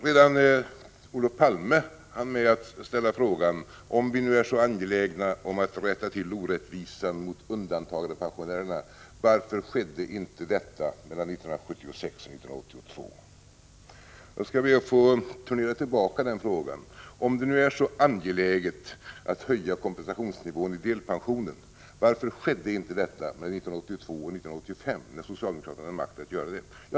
Redan Olof Palme hann med att fråga: Om ni nu är så angelägna om att rätta till orättvisorna mot undantagandepensionärerna, varför skedde inte detta mellan 1976 och 1982? Jag skall be att få returnera frågan: Om det nu är så angeläget att höja kompensationsnivån i delpensionen, varför skedde inte detta mellan 1982 och 1985, då socialdemokraterna hade makten att göra det?